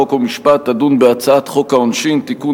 חוק ומשפט תדון בהצעת חוק העונשין (תיקון,